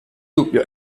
dubbio